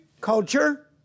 culture